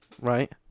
right